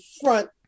front